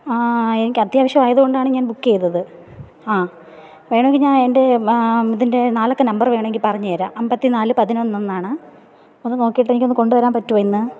എനിക്ക് അത്യാവശ്യം ആയത് കൊണ്ടാണ് ഞാൻ ബുക്ക് ചെയ്തത് വേണമെങ്കിൽ ഞാൻ എൻ്റെ ഇതിൻ്റെ നാലക്ക നമ്പർ വേണമെങ്കിൽ പറഞ്ഞ് തരാം അൻപത്തി നാല് പതിനൊന്ന് എന്നാണ് ഒന്ന് നോക്കിയിട്ട് എനിക്ക് ഒന്ന് കൊണ്ട് വരാൻ പറ്റുവോ ഇന്ന്